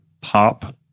pop